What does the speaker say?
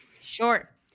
Sure